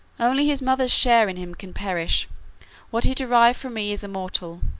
only his mother's share in him can perish what he derived from me is immortal.